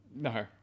No